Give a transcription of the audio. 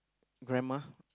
grandma